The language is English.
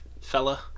fella